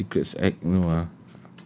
official secret acts no ah